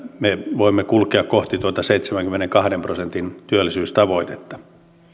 me voimme kulkea kohti tuota seitsemänkymmenenkahden prosentin työllisyystavoitetta